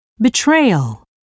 Betrayal